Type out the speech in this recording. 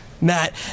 Matt